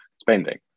spending